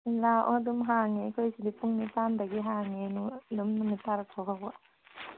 ꯂꯥꯛꯑꯣ ꯑꯗꯨꯝ ꯍꯥꯡꯉꯦ ꯑꯩꯈꯣꯏ ꯁꯤꯗꯤ ꯄꯨꯡ ꯅꯤꯄꯥꯜꯗꯒꯤ ꯍꯥꯡꯉꯤ ꯑꯗꯨꯝ ꯅꯨꯃꯤꯠ ꯇꯥꯔꯛꯄ ꯐꯥꯎꯕ